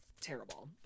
terrible